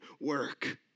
work